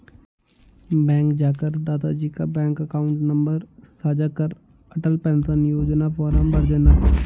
bank जाकर दादा जी का बैंक अकाउंट नंबर साझा कर अटल पेंशन योजना फॉर्म भरदेना